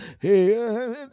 Hey